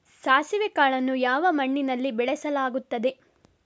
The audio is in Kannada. ಸಾಸಿವೆ ಕಾಳನ್ನು ಯಾವ ಮಣ್ಣಿನಲ್ಲಿ ಬೆಳೆಸಲಾಗುತ್ತದೆ?